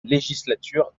législature